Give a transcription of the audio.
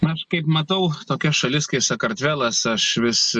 aš kaip matau tokia šalis kaip sakartvelas aš vis